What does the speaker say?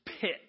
pit